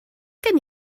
gen